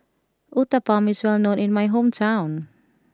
Uthapam is well known in my hometown